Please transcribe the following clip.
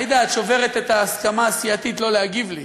עאידה, את שוברת את ההסכמה הסיעתית לא להגיב לי.